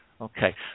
okay